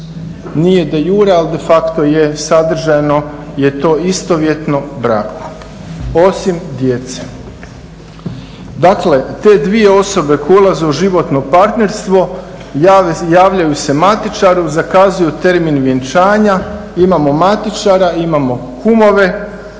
Nije de iure ali de facto je, sadržajno je to istovjetno braku osim djece. Dakle, te dvije osobe koje ulaze u životno partnerstvo javljaju se matičaru, zakazuju termin vjenčanja, imamo matičara, imamo kumove,